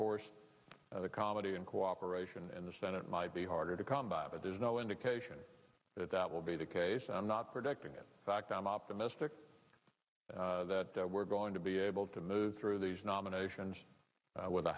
course the comedy and cooperation in the senate might be harder to come by but there's no indication that that will be the case and i'm not predicting in fact i'm optimistic that we're going to be able to move through these nominations with a